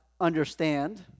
understand